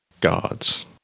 gods